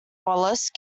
wallace